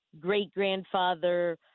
great-grandfather